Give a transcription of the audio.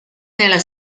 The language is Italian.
nella